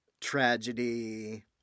tragedy